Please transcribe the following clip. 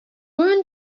women